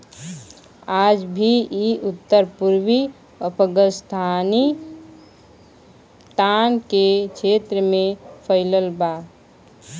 आज भी इ उत्तर पूर्वी अफगानिस्तान के क्षेत्र में फइलल बा